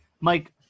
Mike